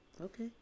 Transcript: Okay